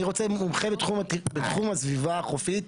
אני רוצה מומחה בתחום הסביבה החופית.